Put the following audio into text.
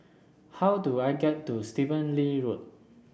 how do I get to Stephen Lee Road